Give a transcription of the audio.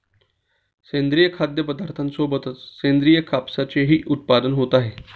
सेंद्रिय खाद्यपदार्थांसोबतच सेंद्रिय कापसाचेही उत्पादन होत आहे